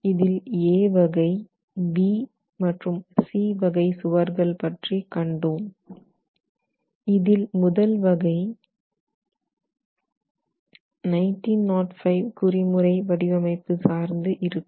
இதில் A வகை B வகை மற்றும் C வகை சுவர்கள் பற்றி கண்டோம் இதில் முதல் வகை 1905 குறி முறை வடிவமைப்பு சார்ந்து இருக்கும்